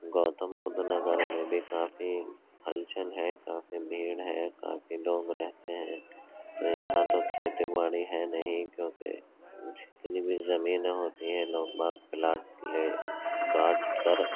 گوتم بدھ نگر میں کافی ہلچل ہے کافی بھیڑ ہے کافی لوگ رہتے ہیں تو یہاں تو کھیتی باڑی ہے نہیں کیونکہ کچھ جتنی بھی زمینیں ہوتی ہیں لوگ باغ پلاٹ لے کاٹ کر